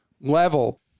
level